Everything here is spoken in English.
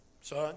son